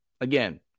again